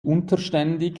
unterständig